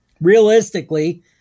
realistically